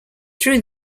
through